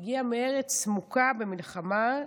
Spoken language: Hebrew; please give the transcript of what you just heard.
הגיעה מארץ מוכת מלחמה,